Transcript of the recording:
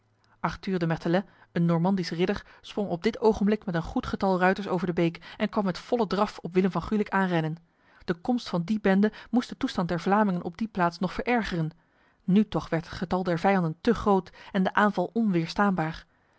de mertelet een normandisch ridder sprong op dit ogenblik met een goed getal ruiters over de beek en kwam met volle draf op willem van gulik aanrennen de komst van die bende moest de toestand der vlamingen op die plaats nog verergeren nu toch werd het getal der vijanden te groot en de aanval onweerstaanbaar